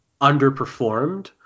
underperformed